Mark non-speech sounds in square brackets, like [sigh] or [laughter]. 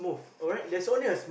[breath]